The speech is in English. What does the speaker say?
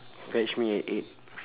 fetch me at eight